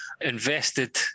invested